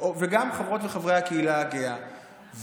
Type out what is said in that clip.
וגם חברות וחברי הקהילה הגאה.